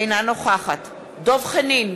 אינה נוכחת דב חנין,